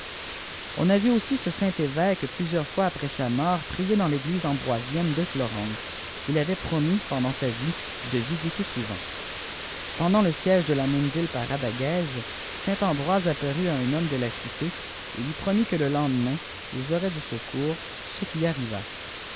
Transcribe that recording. on a vu aussi ce saint évèque plusieurs fois après sa tnifrt pcicv dantéglise ambroisicnne de florence qu'il avait promis ipeép danit sa vie de visiter souvent pemïant le siège de la même ville par ge saint endroits apparut à un homme de la cité et lui prcunit ue le ltam demain ils auraient du secours ce qui arriva